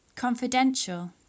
Confidential